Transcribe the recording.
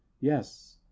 yes